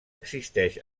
existeix